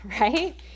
right